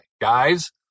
Guys